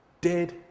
dead